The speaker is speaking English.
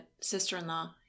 sister-in-law